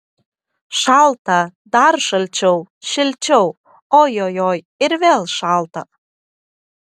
šalta dar šalčiau šilčiau ojojoi ir vėl šalta